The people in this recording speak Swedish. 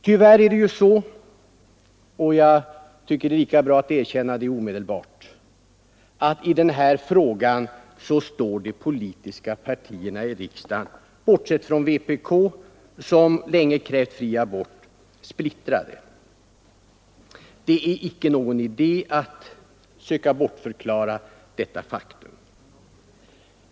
Tyvärr är det ju så — och jag tycker det är lika bra att erkänna det omedelbart — att i den här frågan står de politiska partierna i riksdagen, bortsett från vpk som länge krävt fri abort, splittrade. Det är icke någon idé att söka bortförklara detta faktum.